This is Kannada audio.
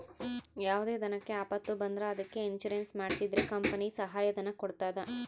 ಯಾವುದೇ ದನಕ್ಕೆ ಆಪತ್ತು ಬಂದ್ರ ಅದಕ್ಕೆ ಇನ್ಸೂರೆನ್ಸ್ ಮಾಡ್ಸಿದ್ರೆ ಕಂಪನಿ ಸಹಾಯ ಧನ ಕೊಡ್ತದ